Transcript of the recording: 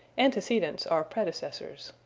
antecedents are predecessors.